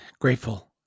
grateful